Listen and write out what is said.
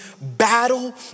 battle